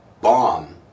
bomb